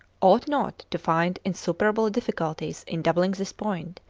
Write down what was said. ought not to find insuperable difficulties in doubling this point,